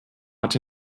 hat